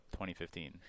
2015